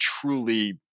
truly